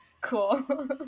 Cool